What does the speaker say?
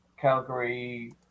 Calgary